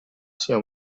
sia